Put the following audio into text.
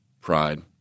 pride